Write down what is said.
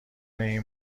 این